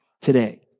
today